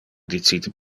dicite